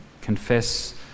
confess